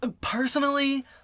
Personally